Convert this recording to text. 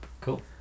Cool